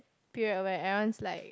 peer away I want like